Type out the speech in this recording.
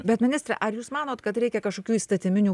bet ministre ar jūs manot kad reikia kažkokių įstatyminių